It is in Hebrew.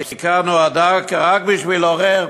הפסיקה נועדה רק בשביל לעורר